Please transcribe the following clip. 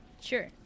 Sure